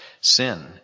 Sin